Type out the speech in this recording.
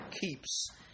keeps